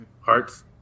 Hearts